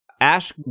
Ash